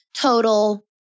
total